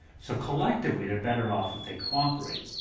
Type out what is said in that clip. so collectively, they're better off if they cooperate.